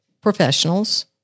professionals